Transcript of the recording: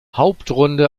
hauptrunde